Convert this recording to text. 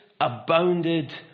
abounded